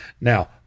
Now